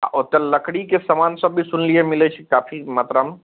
आओर ओतए लकड़ीके समान सब भी सुनलिए मिलै छै काफी मात्रामे